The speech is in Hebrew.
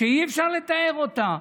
שאי-אפשר לתאר אותה.